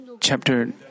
chapter